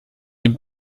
dem